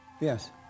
Yes